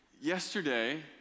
yesterday